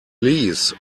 lease